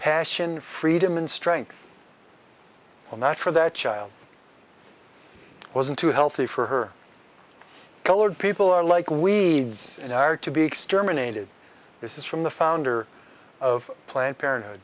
passion freedom and strength and that for that child wasn't too healthy for her colored people are like we are to be exterminated this is from the founder of planned parenthood